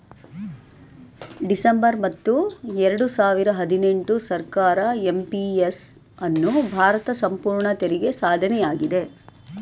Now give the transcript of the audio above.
December ಹತ್ತು ಎರಡು ಸಾವಿರ ಹದಿನೆಂಟು ಸರ್ಕಾರ ಎಂ.ಪಿ.ಎಸ್ ಅನ್ನು ಭಾರತ ಸಂಪೂರ್ಣ ತೆರಿಗೆ ಸಾಧನೆಯಾಗಿದೆ